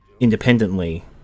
Independently